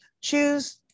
choose